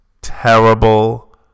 terrible